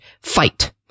fight